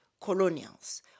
colonials